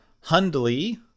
Hundley